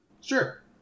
Sure